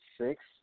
six